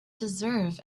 deserve